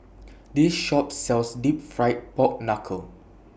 This Shop sells Deep Fried Pork Knuckle